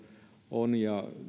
rahoitusjärjestelyjä ja oli